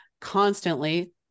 constantly